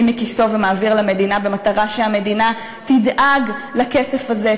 מכיסו ומעביר למדינה במטרה שהמדינה תדאג לכסף הזה,